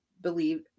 believe